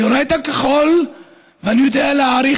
אני רואה את הכחול ואני יודע להעריך